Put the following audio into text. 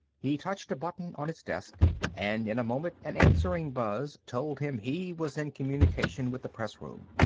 he touched a button on his desk and in a moment an answering buzz told him he was in communication with the press-room.